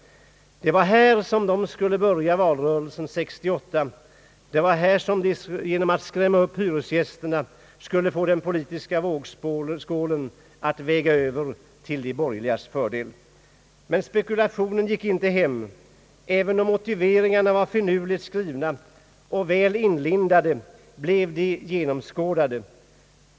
Det var här de skulle börja valrörelsen 1968 och genom att skrämma upp hyresgästerna få den politiska vågskålen att väga över till de borgerligas fördel. Men spekulationen gick inte hem. Även om motiveringarna var finurligt skrivna och väl inlindade, blev de genomskådade.